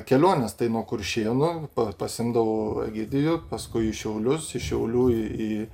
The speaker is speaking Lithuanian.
kelionės tai nuo kuršėnų pa pasiimdavau egidijų paskui į šiaulius iš šiaulių į į